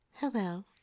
Hello